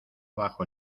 bajo